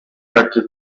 catches